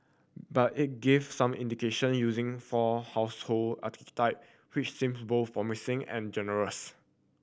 but it gave some indication using four household archetype which seem both promising and generous